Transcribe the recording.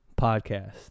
podcast